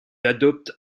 adopte